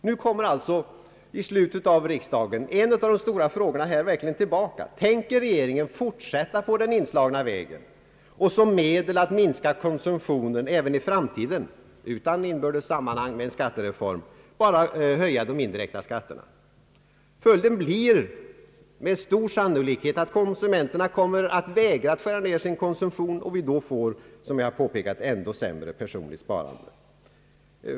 Nu kommer alltså i slutet av riksdagen en av de stora frågorna tillbaka: Tänker regeringen fortsätta på den inslagna vägen och som medel att minska konsumtionen även i framtiden — utan inbördes sammanhang med en skattereform — bara höja de indirekta skatterna? Följden blir med stor sannolikhet att konsumenterna kommer att vägra att skära ner konsumtionen, och vi får, som jag påpekat, ett ännu sämre sparande.